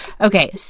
Okay